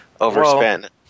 overspent